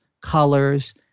colors